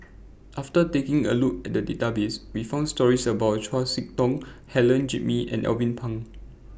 after taking A Look At The Database We found stories about Chau Sik Ting Helen Gilbey and Alvin Pang